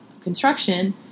construction